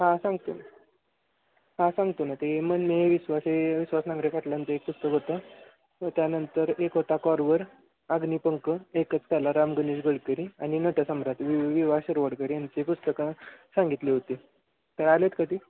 हां सांगतो हां सांगतो ना ते मन मे है विश्वास विश्वास नांगरे पाटलांचं एक पुस्तक होतं त्यानंतर एक होता कॉरवर अग्नीपंख एकच प्याला राम गणेश गडकरी आणि नटसम्राट वि वि वा शिरवाडकर यांचे पुस्तकं सांगितली होती तर आलेत का ती